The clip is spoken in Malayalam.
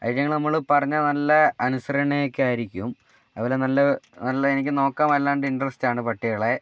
അയിറ്റിങ്ങകൾ നമ്മൾ പറഞ്ഞാൽ നല്ല അനുസരണയൊക്കെയായിരിക്കും അതുപോലെ നല്ലത് നല്ല എനിക്ക് നോക്കാൻ വല്ലാണ്ട് ഇൻട്രെസ്റ്റ് ആണ് പട്ടികളെ